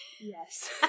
Yes